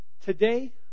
Today